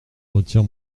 retire